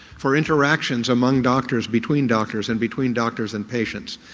for interactions among doctors, between doctors, and between doctors and patients.